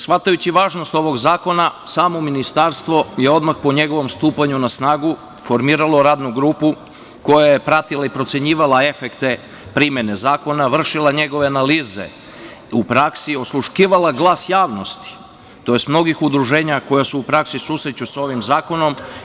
Smatrajući važnost ovog zakona samo Ministarstvo je odmah po njegovom stupanju na snagu formiralo radnu grupu koja je pratila i procenjivala efekte primene zakona, vršila njegove analize u praksi, osluškivala glas javnosti tj. mnogih udruženja koja se u praksi susreću sa ovim zakonom.